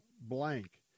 blank